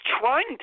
trying